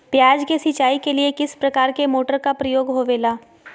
प्याज के सिंचाई के लिए किस प्रकार के मोटर का प्रयोग होवेला?